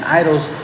idols